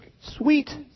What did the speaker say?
Sweet